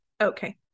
Okay